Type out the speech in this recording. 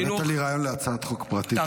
הבאת לי רעיון להצעת חוק פרטית,